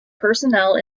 personnel